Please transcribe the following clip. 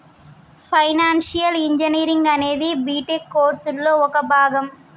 financial engineering అనేది BTech కోర్సులో ఒక భాగం